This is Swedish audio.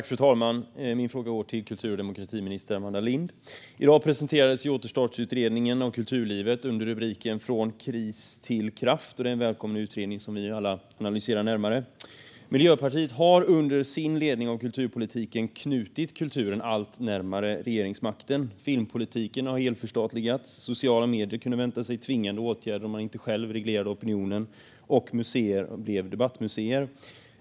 Fru talman! Min fråga går till kultur och demokratiminister Amanda Lind. I dag presenterades Återstartsutredningens betänkande Från kris till kraft , som är en välkommen utredning som vi alla analyserar närmare. Miljöpartiet har under sin ledning av kulturpolitiken knutit kulturen allt närmare regeringsmakten. Filmpolitiken har helt förstatligats, sociala medier kan vänta sig tvingande åtgärder om de inte själva reglerar opinionen och museer har blivit debattmuseer.